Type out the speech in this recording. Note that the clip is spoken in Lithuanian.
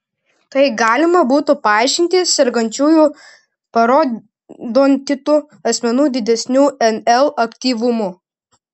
tai galima būtų paaiškinti sergančiųjų parodontitu asmenų didesniu nl aktyvumu